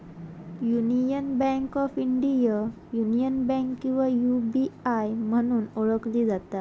union Bank of India, Union Bank किंवा UBI म्हणून ओळखली जाता